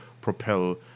propel